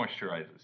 moisturizes